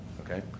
okay